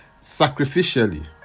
sacrificially